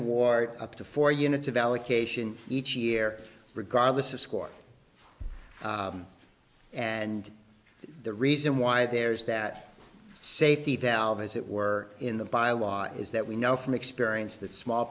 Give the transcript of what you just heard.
award up to four units of allocation each year regardless of score and the reason why there is that safety valve as it were in the byelaws is that we know from experience that small